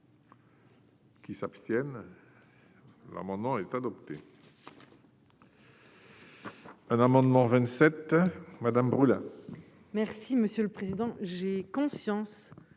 Qui s'abstiennent, l'amendement est adopté. Un amendement 27 madame brûle.